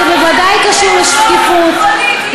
זה לא קשור לשקיפות,